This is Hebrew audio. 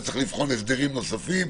וצריך לבחון הסדרים נוספים,